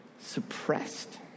suppressed